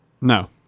No